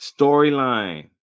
Storyline